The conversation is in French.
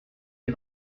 les